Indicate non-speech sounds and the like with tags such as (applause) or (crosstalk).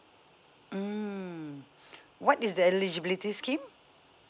mm (breath) what is the eligibility scheme